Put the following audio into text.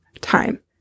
time